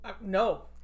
no